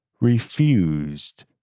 refused